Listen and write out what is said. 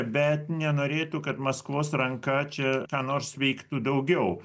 bet nenorėtų kad maskvos ranka čia ką nors veiktų daugiau